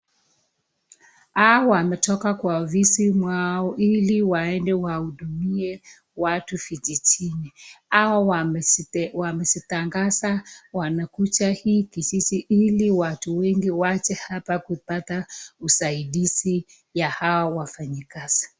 Hawa wametoka kwa ofisi mwao ili waende wahudumie watu vijijini, au wamezitangaza, wanakuja hii kijiji ili watu wengi waje hapa kupata usaidizi ya hao wafanyikazi.